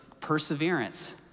perseverance